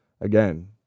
Again